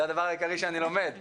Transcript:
זה הדבר העיקרי שאני לומד.